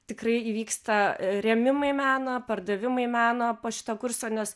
tikrai įvyksta rėmimai meno pardavimai meno po šito kurso nes